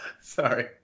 sorry